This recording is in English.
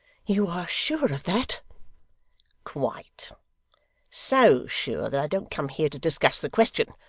you are sure of that quite so sure, that i don't come here to discuss the question.